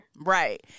Right